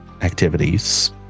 activities